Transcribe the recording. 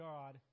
God